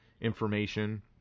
information